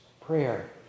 prayer